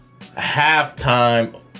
Halftime